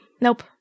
Nope